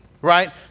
Right